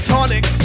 Tonic